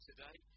Today